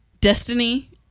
Destiny